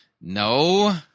No